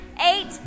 eight